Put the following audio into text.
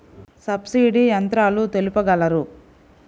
Subsidy యంత్రాలు తెలుపగలరు?